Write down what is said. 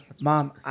Mom